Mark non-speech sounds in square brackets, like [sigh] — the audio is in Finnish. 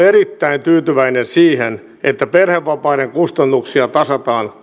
[unintelligible] erittäin tyytyväinen siihen että perhevapaiden kustannuksia tasataan